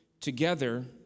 together